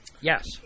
Yes